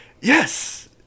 yes